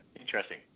interesting